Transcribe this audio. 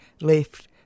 Left